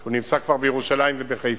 הוא נמצא כבר בירושלים ובחיפה.